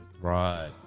Right